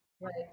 right